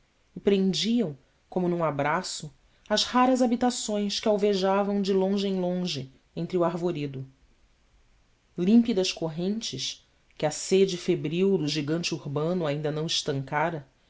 prendiam como num abraço as raras habitações que alvejavam de longe em longe entre o arvoredo límpidas correntes que a sede febril do gigante urbano ainda não estancara